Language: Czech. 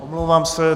Omlouvám se.